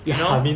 you know